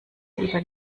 lieber